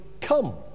come